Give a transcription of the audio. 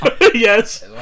Yes